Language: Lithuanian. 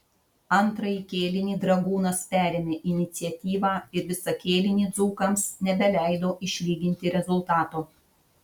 antrąjį kėlinį dragūnas perėmė iniciatyvą ir visą kėlinį dzūkams nebeleido išlyginti rezultato